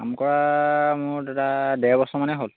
কাম কৰা মোৰ দাদা ডেৰবছৰমানেই হ'ল